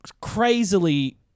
crazily